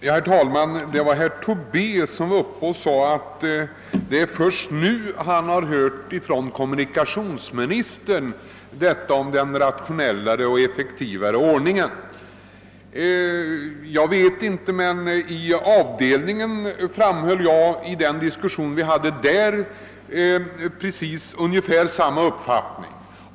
Herr talman! Herr Tobé sade att det är först nu han hört från kommunikationsministern om den rationellare och effektivare ordningen. I den diskussion vi hade i avdelningen framhöll jag emellertid ungefär samma sak.